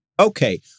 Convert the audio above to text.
Okay